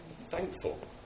thankful